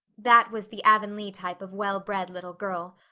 that was the avonlea type of well-bred little girl.